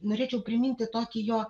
norėčiau priminti tokį jo